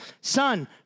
son